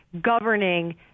governing